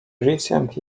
recent